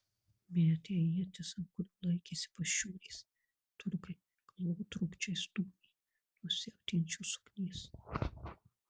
metę ietis ant kurių laikėsi pašiūrės turkai galvotrūkčiais dūmė nuo siautėjančios ugnies